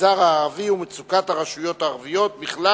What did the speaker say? במגזר הערבי ומצוקת הרשויות הערביות בכלל